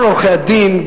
כל עורכי-הדין,